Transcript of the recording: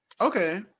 Okay